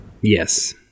Yes